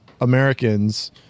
americans